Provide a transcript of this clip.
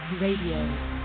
Radio